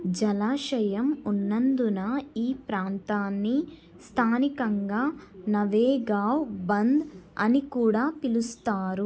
జలాశయం ఉన్నందున ఈ ప్రాంతాన్ని స్థానికంగా నవేగావ్ బంద్ అని కూడా పిలుస్తారు